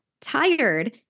tired